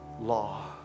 law